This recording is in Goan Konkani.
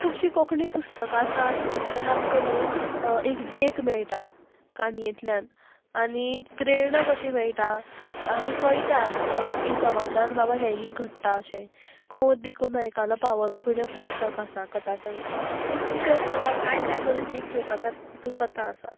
खुबशीं कोंकणी पुस्तकां आसा जितूंतल्यान आमकां न्हू एक देख मेळटा काणयेंतल्यान आनी प्रेरणा कशी मेळटा आनी कळटा की समाजान बाबा हेयी घडटा अशें कोत बिकून आयकलां पावल खुण्यो पुस्तक आसा कथा संग्रह कितल्योश्योच कथा कांय कांय बऱ्यो देख घेवपा सारकी तितू कथा आसा